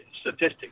Statistics